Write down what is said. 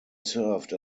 served